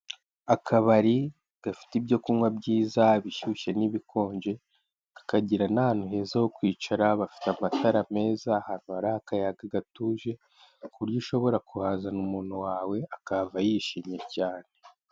Akabari gafite ibyo kunywa byiza bishyushye n'ibikonje, kakagira n'ahantu heza ho kwicara, bafite amatara meza, ahantu hari akayaga gatuje ku buryo ushobora kuhazana umuntu wawe akahava yishimye cyane.